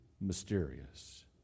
mysterious